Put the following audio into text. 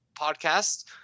podcast